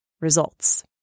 results